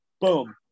boom